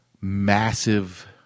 massive